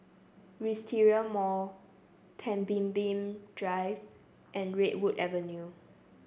Wisteria Mall Pemimpin Drive and Redwood Avenue